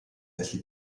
felly